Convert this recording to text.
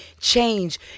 change